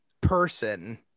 person